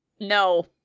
No